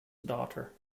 daughter